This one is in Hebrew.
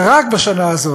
ורק בשנה הזאת,